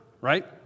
right